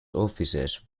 offices